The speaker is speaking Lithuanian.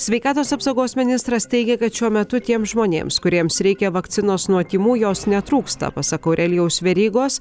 sveikatos apsaugos ministras teigia kad šiuo metu tiems žmonėms kuriems reikia vakcinos nuo tymų jos netrūksta pasak aurelijaus verygos